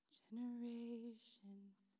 generations